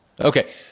okay